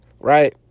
Right